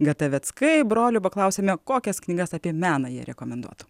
gataveckai brolių paklausėme kokias knygas apie meną jie rekomenduotų